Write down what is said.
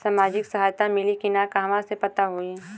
सामाजिक सहायता मिली कि ना कहवा से पता होयी?